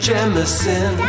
Jemison